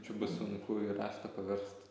čia bus sunku į raštą paverst